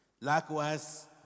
Likewise